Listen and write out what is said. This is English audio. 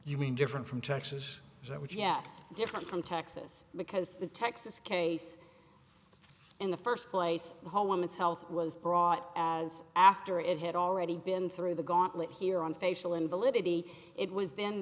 you mean different from texas so i would yes different from texas because the texas case in the first place the whole woman's health was brought as after it had already been through the gauntlet here on facial invalidity it was